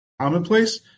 commonplace